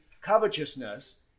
covetousness